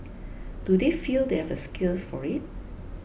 do they feel they have skills for it